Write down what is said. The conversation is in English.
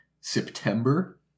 September